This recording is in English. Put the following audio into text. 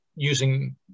using